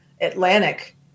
atlantic